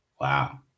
Wow